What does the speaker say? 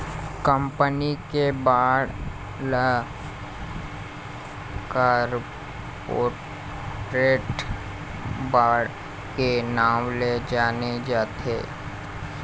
company के bond ल corporate bond के नांव ले जाने जाथे